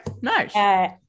nice